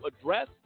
address